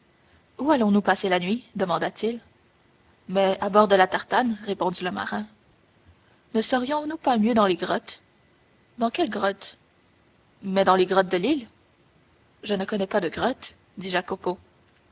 où allons-nous passer la nuit demanda-t-il mais à bord de la tartane répondit le marin ne serions-nous pas mieux dans les grottes dans quelles grottes mais dans les grottes de l'île je ne connais pas de grottes dit